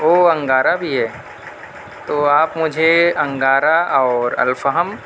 او انگارہ بھی ہے تو آپ مجھے انگارہ اور الفام